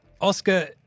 Oscar